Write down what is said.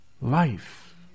life